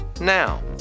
now